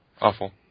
awful